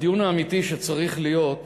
הדיון האמיתי שצריך להיות,